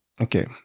Okay